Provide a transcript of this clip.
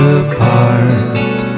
apart